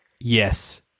Yes